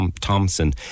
Thompson